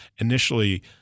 initially